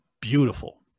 beautiful